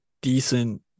decent